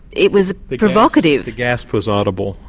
it was provocative. the gasp was audible,